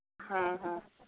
ᱦᱮᱸ ᱦᱮᱸ